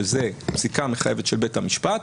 שזה פסיקה מחייבת של בית המשפט,